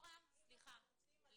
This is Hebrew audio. סליחה.